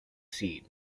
scene